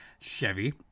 Chevy